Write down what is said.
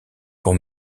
pour